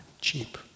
cheap